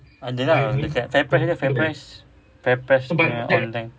ada lah dekat fairprice fairprice fairprice punya online